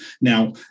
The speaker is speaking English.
Now